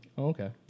okay